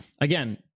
again